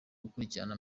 gukurikirana